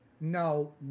no